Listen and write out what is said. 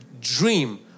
dream